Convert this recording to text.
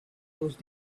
those